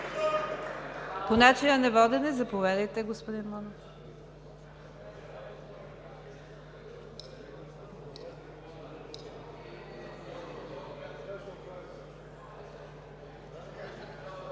По начина на водене – заповядайте, господин Манев.